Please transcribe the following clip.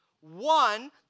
one